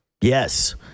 Yes